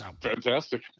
Fantastic